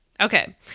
Okay